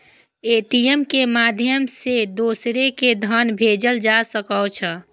ATM के माध्यम सं दोसरो कें धन भेजल जा सकै छै